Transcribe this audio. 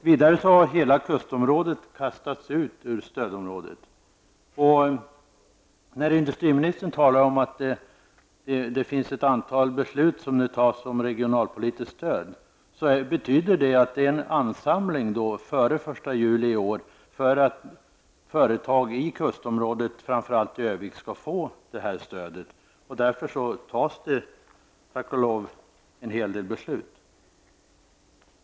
Vidare har hela kustområdet kastats ut ur stödområdet. När industriministern talar om att ett antal beslut nu skall fattas om regionalpolitiskt stöd, betyder det att det före den 1 juli i år sker en ansamling för att företag i kustområdet, framför allt i Örnsköldsvik, skall få stödet. Av den anledningen fattas det, tack och lov, en hel del beslut.